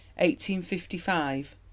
1855